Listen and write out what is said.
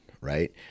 Right